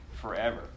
forever